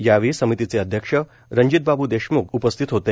यावेळी समितीचे अध्यकक्ष रणजीतबाब् देशम्ख उपस्थित होते